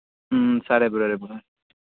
సరే బ్రో రేపు